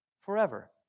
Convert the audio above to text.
forever